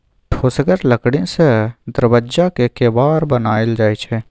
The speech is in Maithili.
ठोसगर लकड़ी सँ दरबज्जाक केबार बनाएल जाइ छै